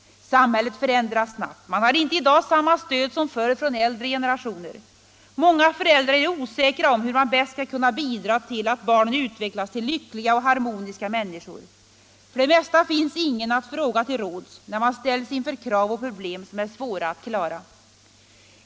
Samhället förändras snabbt. Man har inte i dag samma stöd som förr från äldre generationer. Många föräldrar är osäkra om hur man bäst skall kunna bidra till att barnen utvecklas till lyckliga och harmoniska människor. För det mesta finns ingen att fråga till råds när man ställs inför krav och problem som är svåra att klara.